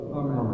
Amen